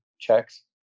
checks